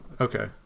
Okay